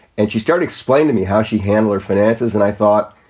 and she started explain to me how she handles finances. and i thought,